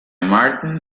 martin